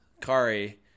Kari